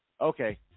okay